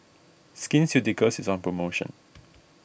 Skin Ceuticals is on promotion